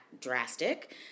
drastic